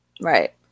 Right